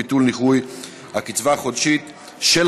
ביטול ניכוי הקצבה החודשית לפי הסכם עם גרמניה),